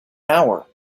hour